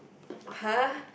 [huh]